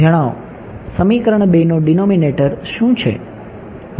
જણાવો સમીકરણ 2 નો ડિનોમિનેટર શું છે